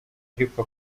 ariko